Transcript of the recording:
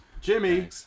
Jimmy